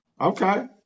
Okay